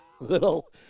Little